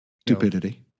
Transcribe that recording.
Stupidity